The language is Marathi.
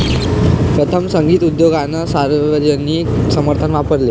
प्रथम, संगीत उद्योगाने सार्वजनिक समर्थन वापरले